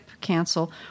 cancel